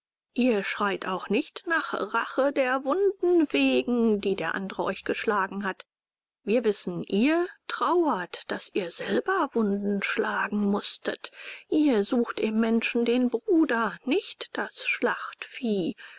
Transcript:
ihr schreit auch nicht nach rache der wunden wegen die der andere euch geschlagen hat wir wissen ihr trauert daß ihr selber wunden schlagen mußtet ihr sucht im menschen den bruder nicht das schlachtvieh